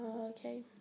okay